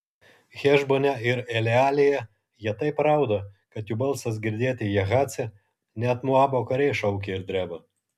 hešbone ir elealėje jie taip rauda kad jų balsas girdėti jahace net moabo kariai šaukia ir dreba